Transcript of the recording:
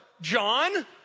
John